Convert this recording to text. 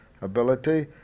ability